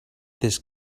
this